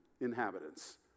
inhabitants